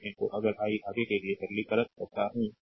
तो अगर आई आगे के लिए सरलीकृत करता हूं तो